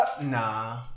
nah